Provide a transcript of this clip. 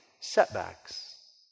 setbacks